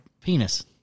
penis